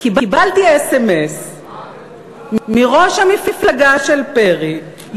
קיבלתי אס.אם.אס מראש המפלגה של פרי,